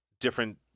different